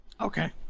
Okay